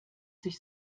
sich